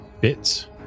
bits